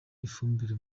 ifumbire